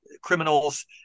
criminals